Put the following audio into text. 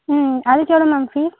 ம் அதுக்கு எவ்வளோ மேம் ஃபீ